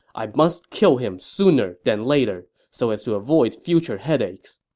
i must kill him sooner than later, so as to avoid future headaches.